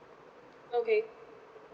okay